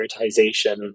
prioritization